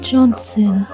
Johnson